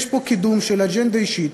אני חושב שיש פה קידום של אג'נדה אישית,